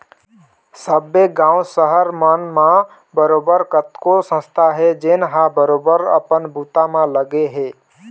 सब्बे गाँव, सहर मन म बरोबर कतको संस्था हे जेनहा बरोबर अपन बूता म लगे हे